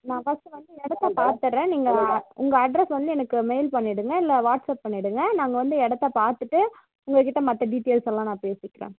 நான் ஃபர்ஸ்ட்டு வந்து இடத்த பார்த்துட்றேன் நீங்கள் உங்கள் அட்ரஸ் வந்து எனக்கு மெயில் பண்ணிவிடுங்க இல்லை வாட்ஸ்அப் பண்ணிவிடுங்க நாங்கள் வந்து இடத்த பார்த்துட்டு உங்கள்கிட்ட மற்ற டீட்டெய்ல்ஸ் எல்லாம் நான் பேசிக்கிறேன்